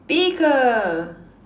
speaker